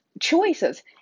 choices